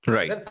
Right